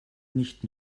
nicht